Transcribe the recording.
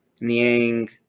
Niang